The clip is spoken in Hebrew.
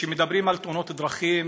כשמדברים על תאונות דרכים,